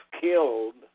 killed